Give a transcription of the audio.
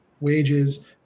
wages